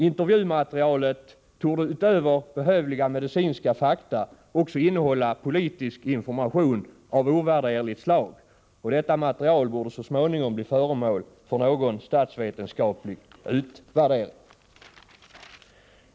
Intervjumaterialet torde utöver behövliga medicinska fakta också innehålla politisk information av ovärderligt slag, och detta material borde så småningom bli föremål för någon statsvetenskaplig utvärdering.